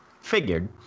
Figured